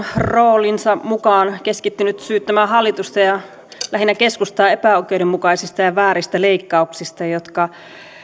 roolinsa mukaan keskittynyt syyttämään hallitusta lähinnä keskustaa epäoikeudenmukaisista ja ja vääristä leikkauksista jotka